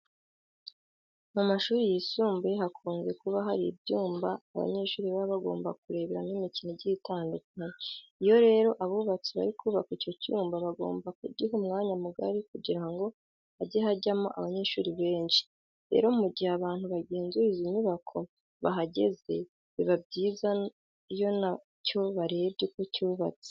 Mu mashuri yisumbuye hakunze kuba hari ibyumba abanyeshuri baba bagomba kureberamo imikino igiye itandukanye. Iyo rero abubatsi bari kubaka icyo cyumba bagomba kugiha umwanya mugari kugira ngo hajye hajyamo abanyeshuri benshi. Rero mu gihe abantu bagenzura izi nyubako bahageze biba biza iyo na cyo barebye uko cyubatse.